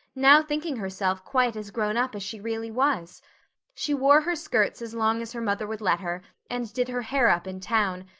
now thinking herself quite as grown up as she really was she wore her skirts as long as her mother would let her and did her hair up in town,